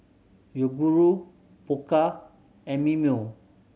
Yoguru Pokka and Mimeo